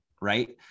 Right